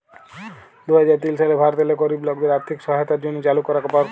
দু হাজার তিল সালে ভারতেল্লে গরিব লকদের আথ্থিক সহায়তার জ্যনহে চালু করা পরকল্প